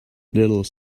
little